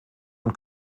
und